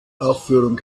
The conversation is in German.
aufführung